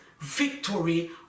victory